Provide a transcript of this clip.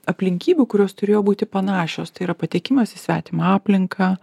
aplinkybių kurios turėjo būti panašios tai yra patekimas į svetimą aplinką